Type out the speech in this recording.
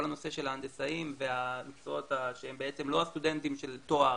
כל הנושא של ההנדסאים והמקצועות שהם בעצם לא סטודנטים של תואר,